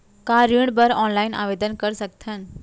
का ऋण बर ऑनलाइन आवेदन कर सकथन?